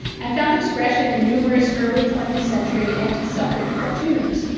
and found expression in numerous early twentieth century anti suffrage cartoons.